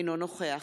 אינו נוכח